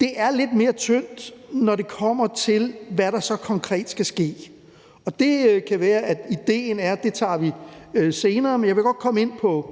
Det er lidt mere tyndt, når det kommer til, hvad der så konkret skal ske. Det kan være, at idéen er, at det tager vi senere, men jeg vil godt nævne nogle